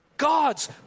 God's